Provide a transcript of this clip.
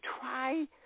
try